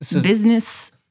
business